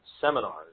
seminars